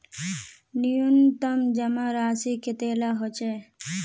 न्यूनतम जमा राशि कतेला होचे?